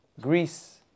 Greece